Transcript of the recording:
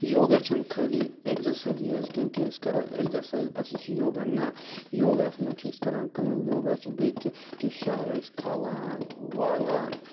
یوٚگا چھُ نہٕ خٲلی ایٚگزَرسایِزٕے یٲژ کیٚنٛہہ کہِ أسۍ کَرو ایٚگزَرسایِز بَس یہِ چھُ یوٚگا نہَ یوٚگاہَس مَنٛز چھِ أسی کَران کٲم یوٚگا چھِ بیٚیہِ تہِ کہِ شاہ أسۍ کھالان والان